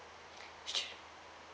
sure